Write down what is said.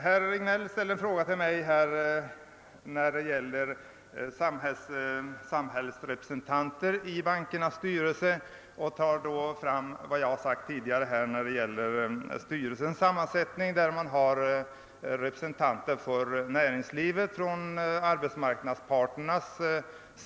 Herr Regnéll ställde en fråga till mig beträffande samhällsrepresentanterna i bankernas styrelser och åberopade då vad jag tidigare har sagt om sammansättningen av Investeringsbankens styrelse.